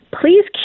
please